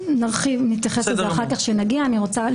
נתייחס לזה אחר כך כשנגיע לזה.